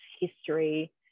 history